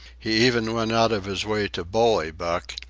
he even went out of his way to bully buck,